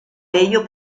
ello